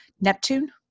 Neptune